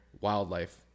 Wildlife